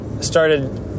started